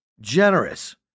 generous